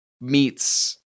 meets